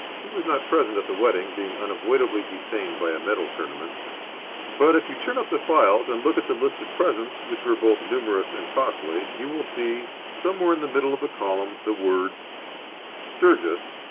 he was not present at the wedding, being unavoidably detained by a medal tournament but, if you turn up the files and look at the list of presents, which were both numerous and costly, you will see somewhere in the middle of the column, the words sturgis,